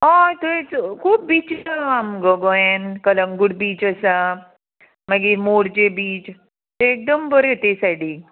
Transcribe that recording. हय थंयच खूब बिची आहा आमगो गोंयान कलंगूट बीच आसा मागीर मोरजे बीच ते एकदम बरें ते सायडीक